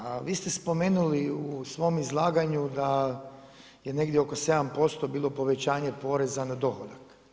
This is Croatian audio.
A vi ste spomenuli u svom izlaganju da je negdje oko 7% bilo povećanje poreza na dohodak.